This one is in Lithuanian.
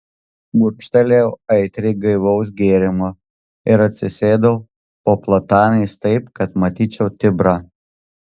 gurkštelėjau aitriai gaivaus gėrimo ir atsisėdau po platanais taip kad matyčiau tibrą